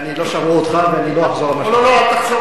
אני רק רוצה